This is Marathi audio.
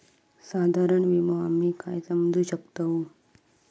साधारण विमो आम्ही काय समजू शकतव?